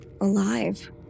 alive